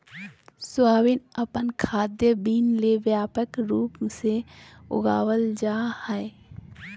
soybean अपन खाद्य bean ले व्यापक रूप से उगाल जा हइ